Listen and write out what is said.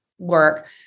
Work